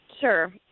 sure